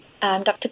Dr